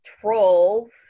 trolls